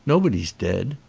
nobody's dead.